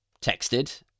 texted